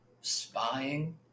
spying